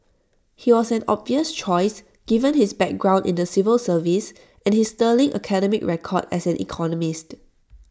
he was an obvious choice given his background in the civil service and his sterling academic record as an economist